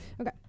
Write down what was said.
okay